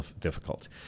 difficult